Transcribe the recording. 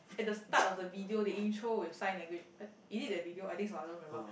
at the start of the video the intro with sign language uh is it that video I think so I don't remember